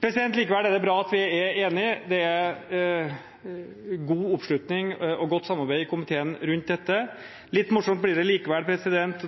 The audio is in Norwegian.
finansieringssystemet. Likevel er det bra at vi er enige. Det er god oppslutning og godt samarbeid i komiteen rundt dette. Litt morsomt blir det likevel